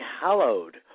hallowed